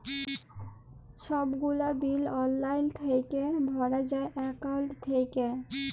ছব গুলা বিল অললাইল থ্যাইকে ভরা যায় একাউল্ট থ্যাইকে